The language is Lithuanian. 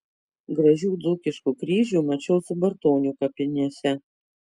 gražių dzūkiškų kryžių mačiau subartonių kapinėse